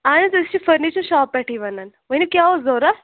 اَہن حظ أسۍ چھِ فٔرنیٖچر شاپہٕ پٮ۪ٹھی وَنن ؤنِو کیٛاہ اوس ضوٚرَتھ